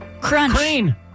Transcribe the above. Crunch